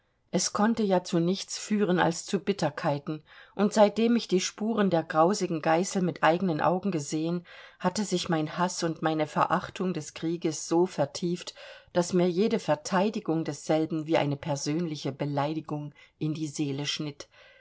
es konnte ja zu nichts führen als zu bitterkeiten und seitdem ich die spuren der grausigen geißel mit eigenen augen gesehen hatte sich mein haß und meine verachtung des krieges so vertieft daß mir jede verteidigung desselben wie eine persönliche beleidigung in die seele schnitt